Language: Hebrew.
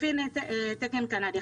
לפי תקן קנדי.